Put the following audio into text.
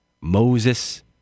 Moses